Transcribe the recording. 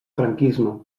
franquisme